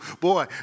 boy